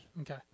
Okay